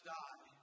die